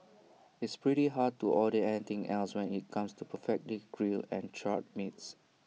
it's pretty hard to order anything else when IT comes to perfectly grilled and charred meats